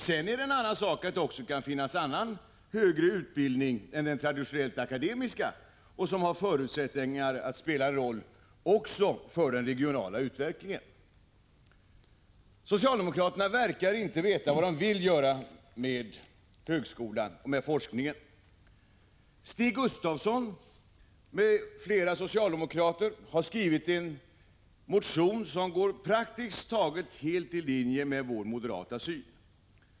Sedan är det en annan sak att det också kan finnas andra högre utbildningar än den traditionellt akademiska som har 103 förutsättningar att spela en roll också för den regionala utvecklingen. Socialdemokraterna verkar inte veta vad de vill göra med högskolan och med forskningen. Stig Gustafsson m.fl. socialdemokrater har skrivit en motion som går praktiskt taget helt i linje med vår moderata syn.